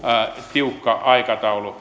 tiukka aikataulu